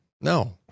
No